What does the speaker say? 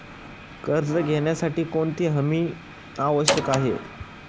कर्ज घेण्यासाठी कोणती हमी आवश्यक आहे?